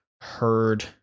heard